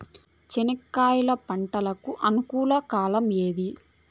చెనక్కాయలు పంట కు అనుకూలమా కాలం ఏది?